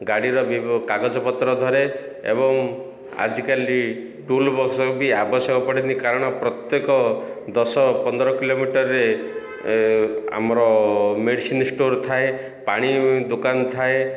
ଗାଡ଼ିର କାଗଜପତ୍ର ଧରେ ଏବଂ ଆଜିକାଲି ଟୁଲ୍ ବକ୍ସ ବି ଆବଶ୍ୟକ ପଡ଼େନି କାରଣ ପ୍ରତ୍ୟେକ ଦଶ ପନ୍ଦର କିଲୋମିଟରରେ ଆମର ମେଡ଼ିସିନ ଷ୍ଟୋର୍ ଥାଏ ପାଣି ଦୋକାନ ଥାଏ